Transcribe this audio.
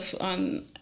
on